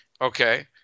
Okay